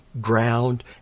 ground